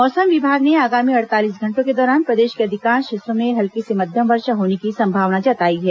मौसम विभाग ने आगामी अड़तालीस घंटों के दौरान प्रदेश के अधिकांश हिस्सों में हल्की से मध्यम वर्षा होने की संभावना जताई है